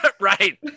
Right